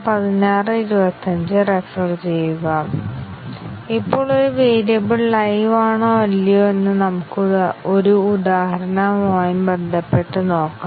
അതിനാൽ മക്കാബിന്റെ മെട്രിക് യഥാർത്ഥത്തിൽ ലിനെയാർലി ഇൻഡിപെൻഡെന്റ് ആയ പാത്തുകളുടെ എണ്ണത്തിൽ ഒരു ബന്ധനമാണ്